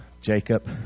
Jacob